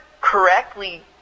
correctly